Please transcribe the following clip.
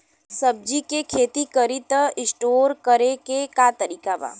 सब्जी के खेती करी त स्टोर करे के का तरीका बा?